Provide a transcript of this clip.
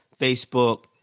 Facebook